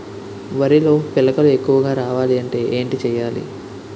వరిలో పిలకలు ఎక్కువుగా రావాలి అంటే ఏంటి చేయాలి?